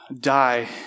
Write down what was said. die